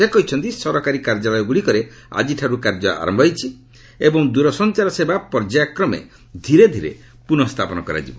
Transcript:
ସେ କହିଛନ୍ତି ସରକାରୀ କାର୍ଯ୍ୟାଳୟଗୁଡ଼ିକରେ ଆଜିଠାରୁ କାର୍ଯ୍ୟ ଆରମ୍ଭ ହୋଇଛି ଏବଂ ଦୂରସଂଚାର ସେବା ପର୍ଯ୍ୟାୟ କ୍ରମେ ଓ ଧୀରେ ଧୀରେ ପୁନଃ ସ୍ଥାପନ କରାଯିବ